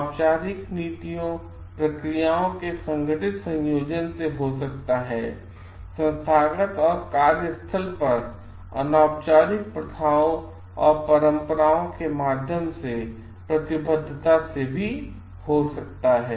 औपचारिक नीतियों प्रक्रियाओं के संगठित संयोजन से हो सकता है संस्थागत और कार्य स्थल पर अनौपचारिक प्रथाओं और परंपराओं के माध्यम से और प्रतिबद्धता से भी हो सकता है